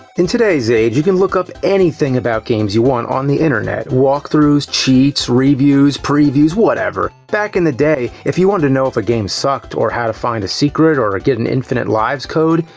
in today's age, you can look up anything about games you want on the internet walkthroughs, cheats, reviews, previews, whatever! back in the day, if you wanted to know if a game sucked, or how to find a secret, or ah get an infinite lives code,